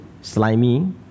Slimy